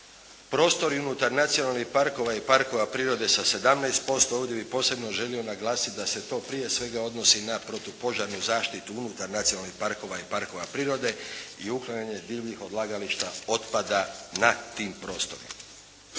prostori unutar nacionalnih parkova i parkova prirode sa 17%, ovdje bih posebno želio naglasiti da se to prije svega odnosi na protupožarnu zaštitu unutar nacionalnih parkova i parkova prirode i uklanjanje divljih odlagališta otpada na tim prostorima.